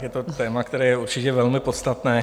Je to téma, které je určitě velmi podstatné.